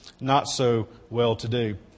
not-so-well-to-do